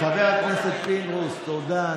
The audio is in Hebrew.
תודה, חבר הכנסת פינדרוס, תודה.